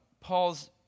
Paul's